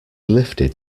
lifted